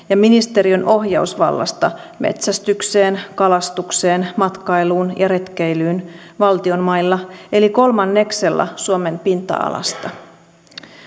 ja ministeriön ohjausvallasta metsästykseen kalastukseen matkailuun ja retkeilyyn valtion mailla eli kolmanneksella suomen pinta alasta